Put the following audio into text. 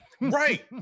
Right